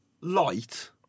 light